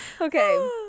okay